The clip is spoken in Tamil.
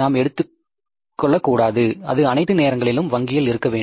நாம் எடுக்கக் கூடாது அது அனைத்து நேரங்களிலும் வங்கியில் இருக்க வேண்டும்